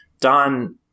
Don